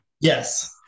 Yes